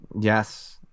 Yes